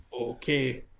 okay